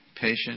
patient